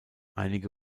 einige